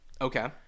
Okay